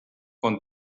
con